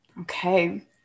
Okay